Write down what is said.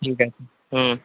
ঠিক আছে হুম